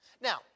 Now